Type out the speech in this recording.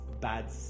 bad